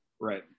Right